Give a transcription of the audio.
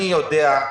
אני יודע,